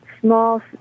small